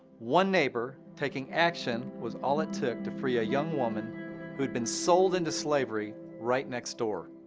one neighbor taking action was all it took to free a young woman who'd been sold into slavery right next door.